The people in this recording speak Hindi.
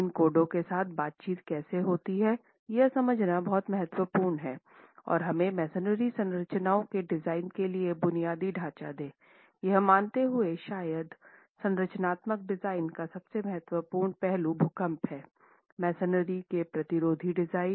इन कोडों के साथ बातचीत कैसे होती है यह समझना बहुत महत्वपूर्ण है और हमें मैसनरी संरचनाओं के डिजाइन के लिए बुनियादी ढांचा दें यह मानते हुए शायद संरचनात्मक डिजाइन का सबसे महत्वपूर्ण पहलू भूकंप है मैसनरी के प्रतिरोधी डिजाइन